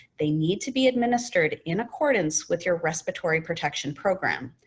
they need to be administered in accordance with your respiratory protection program.